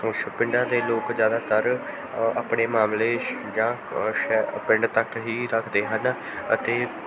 ਉਸ ਪਿੰਡਾਂ ਦੇ ਲੋਕ ਜ਼ਿਆਦਾਤਰ ਆਪਣੇ ਮਾਮਲੇ ਸ਼ ਜਾਂ ਸ਼ ਪਿੰਡ ਤੱਕ ਹੀ ਰੱਖਦੇ ਹਨ ਅਤੇ